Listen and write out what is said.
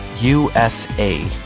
USA